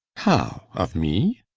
how? of me?